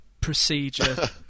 procedure